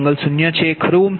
14 અને આV401∠0 છે ખરું